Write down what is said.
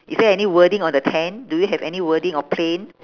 is there any wording on the tent do you have any wording or plain